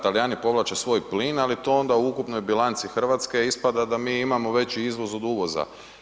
Da, Talijani povlače svoj plin ali to onda u ukupnoj bilanci Hrvatske ispada da mi imamo veći izvoz od uvoza.